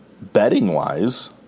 Betting-wise